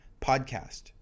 podcast